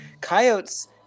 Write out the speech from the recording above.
coyotes